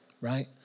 Right